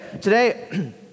Today